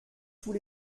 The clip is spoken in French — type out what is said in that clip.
tous